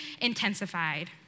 intensified